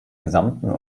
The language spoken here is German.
gesamten